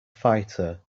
fighter